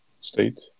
state